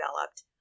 developed